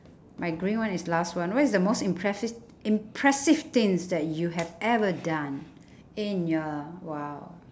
my green one is last one what is the most impressive impressive things that you have ever done in your !wow!